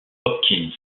hopkins